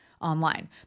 online